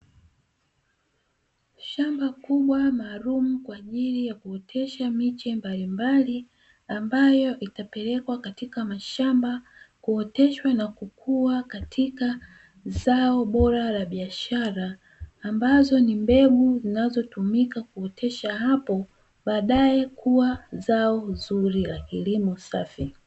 Shamba kubwa maalumu kwa ajili ya kuotesha miche mbalimbali, ambayo itapelekwa katika mashamba, kuoteshwa na kukua katika zao bora la biashara, ambazo ni mbegu zinazotumika kuotesha hapo, baadaye na kuwa zao zuri la kilimo safi..